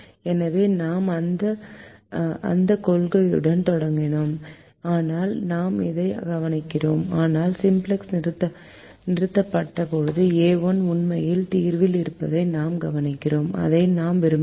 எனவே நாம் அந்தக் கொள்கையுடன் தொடங்கினோம் ஆனால் நாம் அதைக் கவனிக்கிறோம் ஆனால் சிம்ப்ளக்ஸ் நிறுத்தப்பட்டபோது A1 உண்மையில் தீர்வில் இருப்பதை நாம் கவனிக்கிறோம் அதை நாம் விரும்பவில்லை